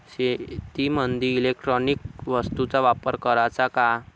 शेतीमंदी इलेक्ट्रॉनिक वस्तूचा वापर कराचा का?